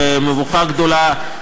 ומבוכה גדולה,